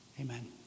amen